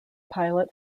pilot